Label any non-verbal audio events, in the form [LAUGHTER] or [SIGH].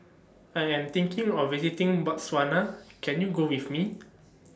I Am thinking of visiting Botswana [NOISE] Can YOU Go with Me [NOISE]